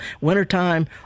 Wintertime